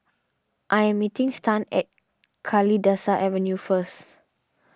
I am meeting Stan at Kalidasa Avenue first